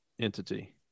entity